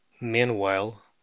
Meanwhile